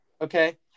okay